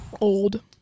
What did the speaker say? Old